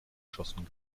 schossen